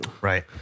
right